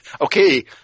okay